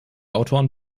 autoren